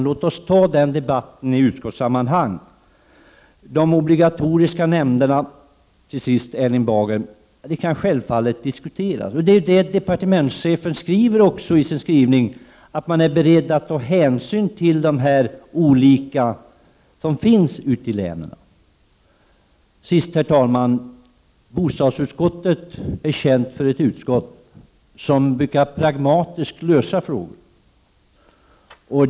Låt oss ta den debatten i utskottssammanhang! Så till Erling Bager och de obligatoriska nämnderna. De kan självfallet diskuteras. Departementschefen skriver ju också att man är beredd att ta hänsyn till de olikheter som finns mellan länen. Till sist, herr talman: Bostadsutskottet är känt för att vara ett utskott som brukar lösa problemen pragmatiskt.